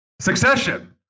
Succession